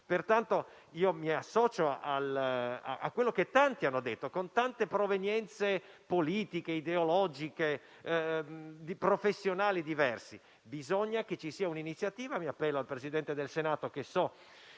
italiani. Mi associo a quello che tanti hanno detto, da tante provenienze politiche, ideologiche e professionali diverse: bisogna che ci sia un'iniziativa - mi appello al Presidente del Senato, che so